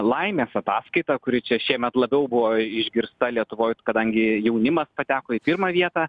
laimės ataskaita kuri čia šiemet labiau buvo išgirsta lietuvoj kadangi jaunimas pateko į pirmą vietą